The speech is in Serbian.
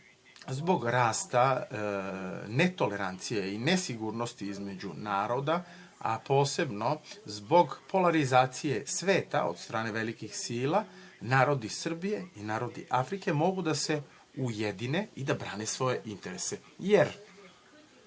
Zbog rasta netolerancije i nesigurnosti između naroda, a posebno zbog polarizacije sveta, od strane velikih sila, narodi Srbije i narodi Afrike mogu da se ujedine i da brane svoje interese, jer